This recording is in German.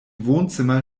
wohnzimmer